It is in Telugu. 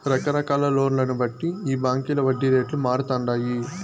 రకరకాల లోన్లను బట్టి ఈ బాంకీల వడ్డీ రేట్లు మారతండాయి